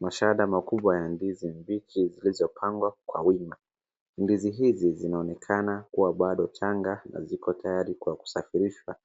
Mashada makubwa ya ndizi mbichi zilizopangwa kwa wima. Ndizi hizi zinaonekana kuwa bado changa na ziko tayari kwa kusafirishwa